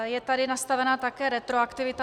Je tady nastavena také retroaktivita.